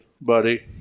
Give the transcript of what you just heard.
buddy